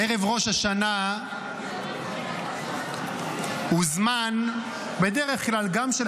ערב ראש השנה הוא בדרך כלל גם זמן של